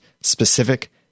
Specific